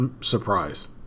surprise